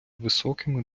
високими